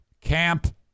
Camp